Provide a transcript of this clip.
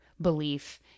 belief